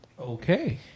Okay